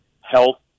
health